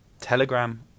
Telegram